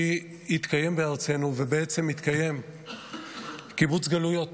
כי מתקיים בארצנו קיבוץ גלויות,